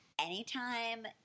anytime